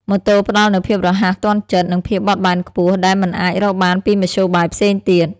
ម៉ូតូផ្តល់នូវភាពរហ័សទាន់ចិត្ត និងភាពបត់បែនខ្ពស់ ដែលមិនអាចរកបានពីមធ្យោបាយផ្សេងទៀត។